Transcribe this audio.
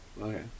okay